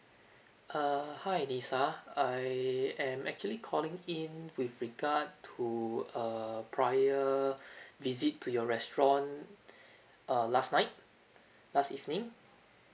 err hi lisa I am actually calling in with regard to a prior visit to your restaurant uh last night last evening